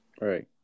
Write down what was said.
right